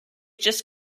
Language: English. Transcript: just